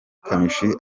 kamichi